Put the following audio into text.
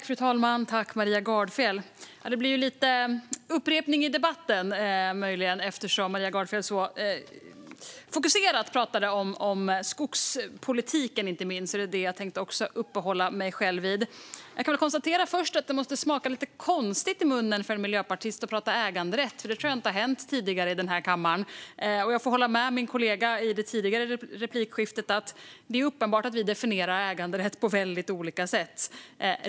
Fru talman! Det blir möjligen lite upprepning i debatten. Maria Gardfjell talade så fokuserat om skogspolitiken, och den tänkte jag också uppehålla mig vid. Jag kan först konstatera att det måste smaka lite konstigt i munnen på en miljöpartist att prata äganderätt, för det tror jag inte har hänt tidigare i den här kammaren. Jag får hålla med min kollega i det tidigare replikskiftet om att det är uppenbart att vi definierar äganderätt på väldigt olika sätt.